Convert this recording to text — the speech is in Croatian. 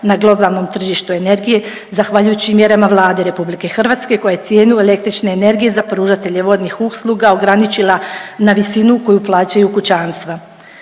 na globalnom tržištu energije zahvaljujući mjerama Vlade RH koja je cijenu električne energije za pružatelje vodnih usluga ograničila na visinu koju plaćaju kućanstva.